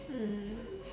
mm